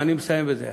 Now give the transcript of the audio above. אני מסיים בזה.